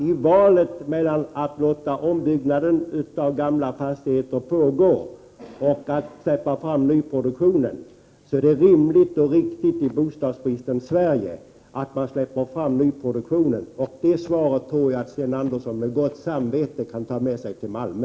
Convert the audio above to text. I valet mellan att låta ombyggnaden av gamla fastigheter fortgå och att släppa fram nyproduktionen är det rimligt att i bostadsbristens Sverige släppa fram nyproduktionen. Det svaret tror jag att Sten Andersson med gott samvete kan ta med sig till Malmö.